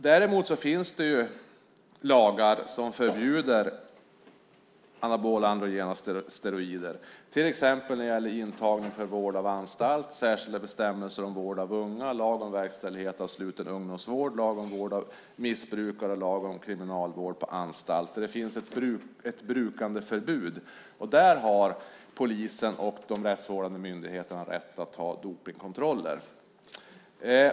Det finns lagar som förbjuder anabola-androgena steroider. Det gäller till exempel lagen om intagna för vård på anstalt, lagen om särskilda bestämmelser om vård av unga, lagen om verkställighet av sluten ungdomsvård, lagen om missbrukare och lagen om kriminalvård på anstalt. Det finns ett brukandeförbud. Där har polisen och de rättsvårdande myndigheterna rätt att göra dopningskontroller.